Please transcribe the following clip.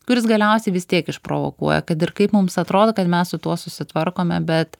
kuris galiausiai vis tiek išprovokuoja kad ir kaip mums atrodo kad mes su tuo susitvarkome bet